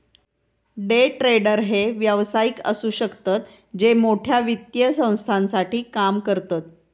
day trader हे व्यावसायिक असु शकतत जे मोठ्या वित्तीय संस्थांसाठी काम करतत